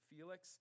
Felix